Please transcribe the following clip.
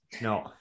no